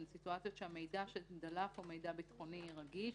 אלה סיטואציות שהמידע שדלף הוא מידע ביטחוני רגיש.